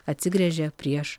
atsigręžia prieš